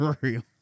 real